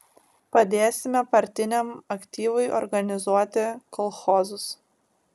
padėsime partiniam aktyvui organizuoti kolchozus